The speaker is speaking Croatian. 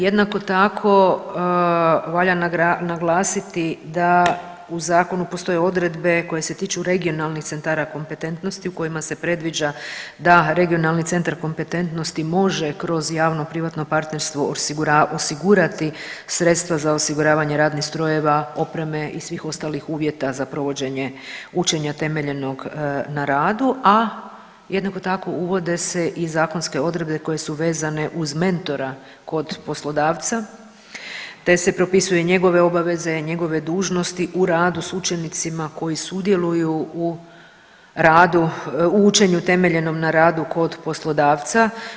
Jednako tako valja naglasiti da u zakonu postoje odredbe koje se tiču regionalnih centara kompetentnosti u kojima se predviđa da regionalni centar kompetentnosti može kroz javno privatno partnerstvo osigurati sredstva za osiguravanje radnih strojeva, opreme i svih ostalih uvjeta za provođenje učenja temeljenog na radu, a jednako tako uvode se i zakonske odredbe koje su vezane uz mentora kod poslodavca te se propisuje njegove obaveze, njegove dužnosti u radu s učenicima koji sudjeluju u radu, u učenju temeljenom na radu kod poslodavca.